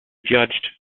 judged